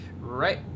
right